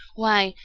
why,